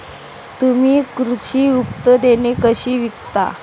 तुम्ही कृषी उत्पादने कशी विकता?